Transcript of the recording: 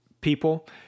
people